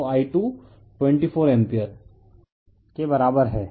तो I2 24 ampere के बराबर है